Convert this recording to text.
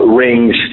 rings